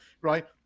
right